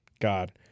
God